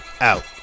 out